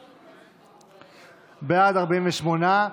הצבעה.